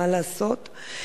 מה לעשות?